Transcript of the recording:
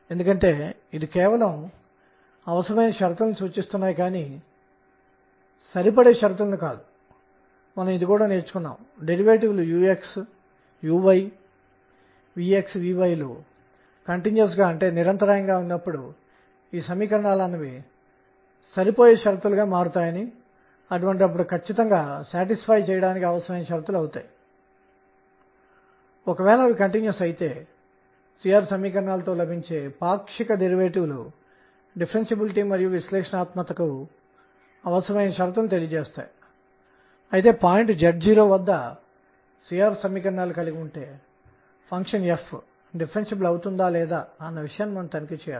కాబట్టి ఇది ఇప్పటికీ పాత క్వాంటం సిద్ధాంతాన్ని అభివృద్ధి చేస్తున్న ఒక రకమైన క్వాంటం మెకానిక్స్ కానీ నేను ఇదంతా ఎందుకు చేస్తున్నాను అనేది మీరు చూస్తారు తర్వాత వాస్తవ క్వాంటం మెకానిక్స్ ఇచ్చిన సమాధానాలు వాస్తవ క్వాంటం మెకానిక్స్ ఆలోచనలు పాత క్వాంటం సిద్ధాంతం ద్వారా ఇప్పటికే అమలవుతున్నాయి